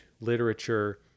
literature